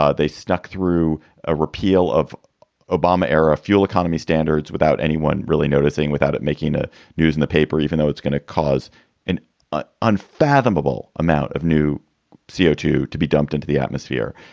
ah they snuck through a repeal of obama era fuel economy standards without anyone really noticing, without it making the ah news in the paper, even though it's going to cause an ah unfathomable amount of new c o two to be dumped into the atmosphere.